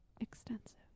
extensive